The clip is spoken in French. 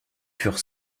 furent